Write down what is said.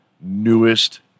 newest